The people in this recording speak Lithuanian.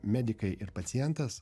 medikai ir pacientas